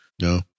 No